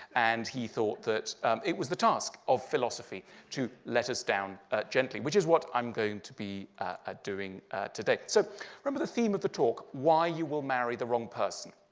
and he thought that it was the task of philosophy to let us down ah gently, which is what i'm going to be ah doing today. so remember the theme of the talk, why you will marry the wrong person.